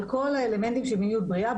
על כל האלמנטים של מיניות בריאה.